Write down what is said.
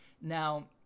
Now